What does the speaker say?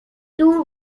two